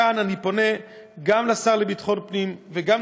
וכאן אני פונה גם לשר לביטחון פנים וגם